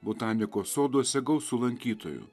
botanikos soduose gausu lankytojų